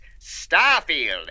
Starfield